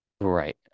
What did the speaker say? Right